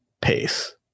pace